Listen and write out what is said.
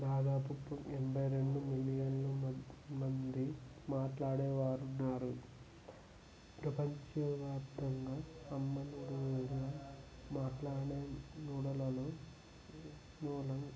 దాదాపు ఇప్పుడు ఎనభై రెండు మిలియన్ల మంది మాట్లాడేవారు ఉన్నారు ప్రపంచవ్యాప్తంగా మాట్లాడే నుడులు వాళ్ళని